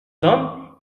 sommes